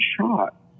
shot